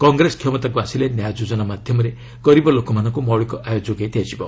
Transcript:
କଂଗ୍ରେସ କ୍ଷମତାକୁ ଆସିଲେ ନ୍ୟାୟ ଯୋଜନା ମାଧ୍ୟମରେ ଗରିବ ଲୋକମାନଙ୍କୁ ମୌଳିକ ଆୟ ଯୋଗାଇ ଦିଆଯିବ